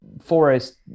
forest